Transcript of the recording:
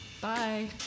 Bye